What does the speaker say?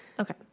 Okay